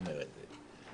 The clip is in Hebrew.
אומר את זה.